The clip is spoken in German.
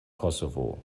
kosovo